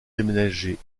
déménagé